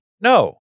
No